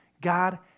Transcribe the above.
God